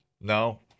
No